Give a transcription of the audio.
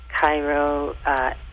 Cairo